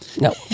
no